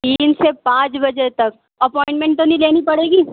تین سے پانچ بجے تک اپوائنٹمینٹ تو نہیں لینے پڑے گی